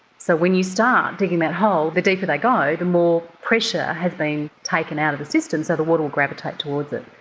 so when you start digging that hole, the deeper they go the more pressure has been taken out of the system, so the water will gravitate towards it.